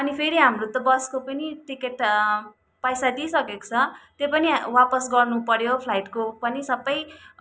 अनि फेरि हाम्रो त बसको पनि टिकट पैसा दिइसकेको छ त्यो पनि वापस गर्नुपऱ्यो फ्लाइटको पनि सबै